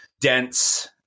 dense